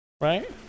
Right